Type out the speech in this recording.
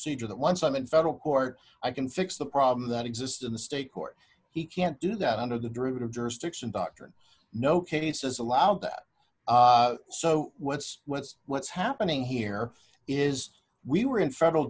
that once i'm in federal court i can fix the problem that exists in the state court he can't do that under the derivative jurisdiction doctrine no cases allowed so what's what's what's happening here is we were in federal